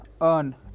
earn